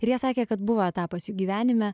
ir jie sakė kad buvo etapas jų gyvenime